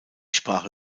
sprache